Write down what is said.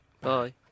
Bye